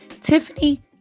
Tiffany